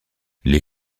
les